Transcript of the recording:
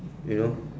you know